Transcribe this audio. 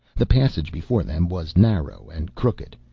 the passage before them was narrow and crooked.